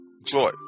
joy